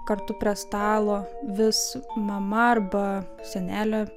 kartu prie stalo vis mama arba senelė